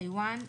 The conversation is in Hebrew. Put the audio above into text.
טייוואן,